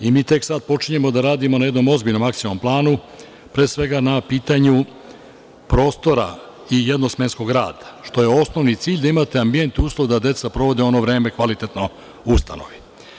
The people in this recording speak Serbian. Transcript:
Mi tek sada počinjemo da radimo na jednom ozbiljnom akcionom planu, pre svega na pitanju prostora i jednosmenskog rada, što je osnovni cilj, da imate ambijent i uslov da deca provode vreme kvalitetno u ustanovi.